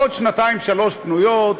עוד שנתיים-שלוש פנויות,